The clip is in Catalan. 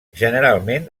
generalment